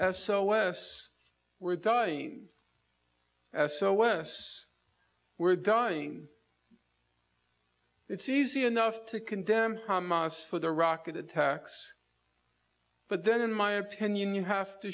less we're dying s o s we're dying it's easy enough to condemn hamas for the rocket attacks but then in my opinion you have to